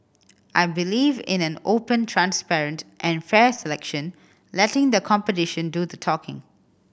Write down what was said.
I believe in an open transparent and fair selection letting the competition do the talking